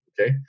Okay